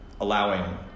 allowing